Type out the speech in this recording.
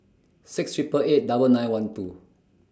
six Triple eight double nine one two